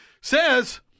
Says